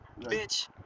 bitch